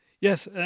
Yes